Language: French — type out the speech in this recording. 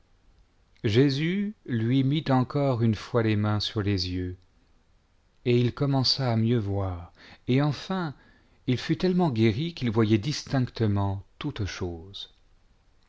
lui mit encore une fois les mains sur les yeux et il commença à mieux voir et enfîti il fut tellement guéri qu'il voyait distinctement toutes choses